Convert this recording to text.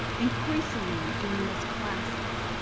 increasingly during those classes,